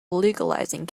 legalizing